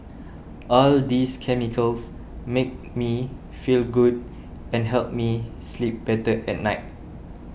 all these chemicals make me feel good and help me sleep better at night